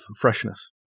freshness